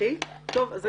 אבל אני